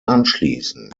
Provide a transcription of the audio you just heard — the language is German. anschließen